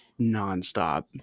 nonstop